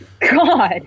God